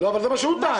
אבל זה מה שהוא טען.